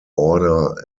order